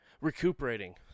recuperating